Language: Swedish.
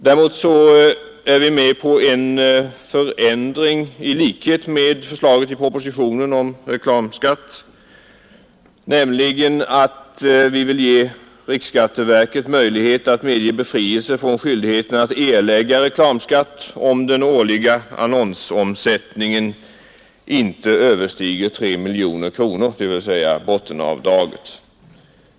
Däremot är vi med på den förändring som föreslås i propositionen om reklamskatt, nämligen att riksskatteverket får möjlighet att medge befrielse från skyldigheten att erlägga reklamskatt, om den årliga annonsomsättningen inte överstiger 3 miljoner kronor, dvs. bottenavdraget.